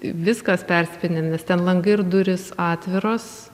viskas persipynę nes ten langai ir durys atviros